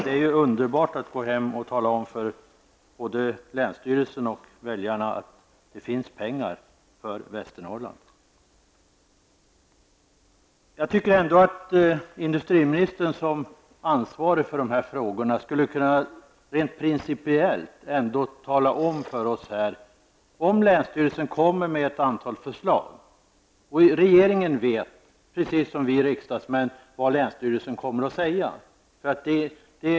Det är underbart att kunna gå hem och tala om för både länsstyrelsen och väljarna att det finns pengar för Västernorrland. Jag tycker ändå att industriministern, som är ansvarig för dessa frågor, rent principiellt skulle kunna tala om för oss vad som kommer att hända om länsstyrelsen lägger fram ett antal förslag. Regeringen vet, liksom vi riksdagsmän, vad länsstyrelsen kommer att säga.